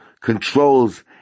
controls